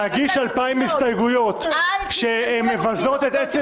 להגיש 2,000 הסתייגויות שמבזות את עצם